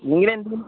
ഈ രണ്ടും